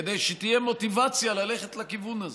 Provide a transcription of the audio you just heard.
כדי שתהיה מוטיבציה ללכת לכיוון הזה,